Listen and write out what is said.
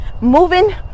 moving